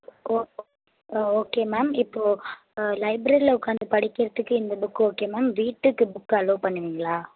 ஓ okay ma'am இப்போ லைப்ரரியில உட்காந்து படிக்கிறதுக்கு இந்த புக் ஓகே மேம் வீட்டுக்கு புக் அலவ் பண்ணுவீங்களா